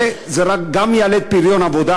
וזה גם יעלה את פריון העבודה,